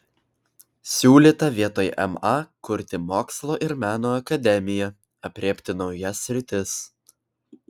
siūlyta vietoj ma kurti mokslo ir meno akademiją aprėpti naujas sritis